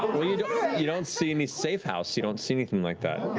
you don't see any safe house. you don't see anything like that.